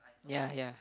yea yea